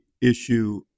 issue